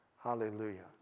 Hallelujah